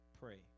Pray